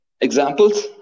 examples